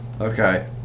Okay